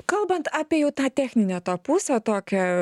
kalbant apie jau tą techninę tą pusę tokią